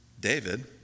David